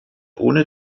ohne